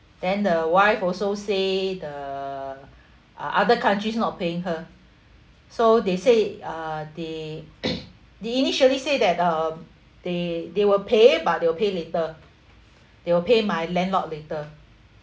then the wife also say the uh other countries not paying her so they say uh they they initially said that um they they will pay but they'll pay later they will pay my landlord later